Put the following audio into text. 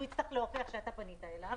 הוא יצטרך להוכיח שאתה פנית אליו.